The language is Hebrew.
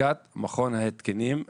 בדיקת מכון התקנים,